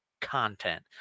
content